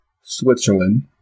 Switzerland